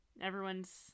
Everyone's